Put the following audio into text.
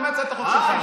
לא מהצעת החוק שלך.